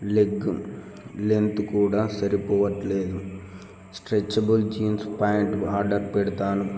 leg length కూడా సరిపోవట్లేదు stretchable jeans pant order పెడతాను